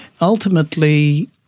Ultimately